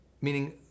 Meaning